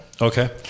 Okay